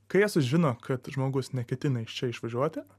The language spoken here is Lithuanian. kai jie sužino kad žmogus neketina iš čia išvažiuoti